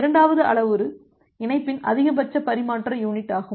இரண்டாவது அளவுரு இணைப்பின் அதிகபட்ச பரிமாற்ற யுனிட் ஆகும்